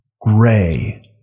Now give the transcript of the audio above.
gray